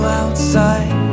outside